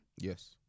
Yes